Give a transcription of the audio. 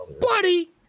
buddy